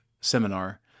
seminar